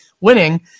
winning